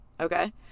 okay